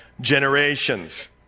generations